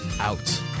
Out